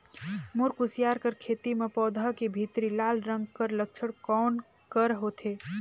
मोर कुसियार कर खेती म पौधा के भीतरी लाल रंग कर लक्षण कौन कर होथे?